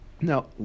Now